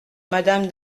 madame